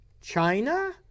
China